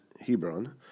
Hebron